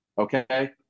Okay